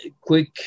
quick